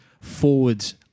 forwards